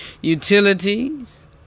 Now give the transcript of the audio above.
utilities